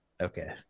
Okay